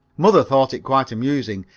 mother thought it quite amusing,